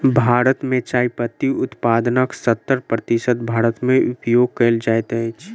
भारत मे चाय पत्ती उत्पादनक सत्तर प्रतिशत भारत मे उपयोग कयल जाइत अछि